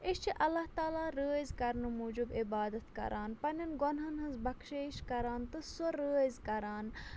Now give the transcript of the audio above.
أسۍ چھِ اللہ تعالیٰ رٲضۍ کَرنہٕ موٗجوٗب عبادَت کَران پَنٕنٮ۪ن گۄنہَن ہٕنٛز بخشٲیش کَران تہٕ سۄ رٲضۍ کران